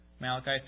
Malachi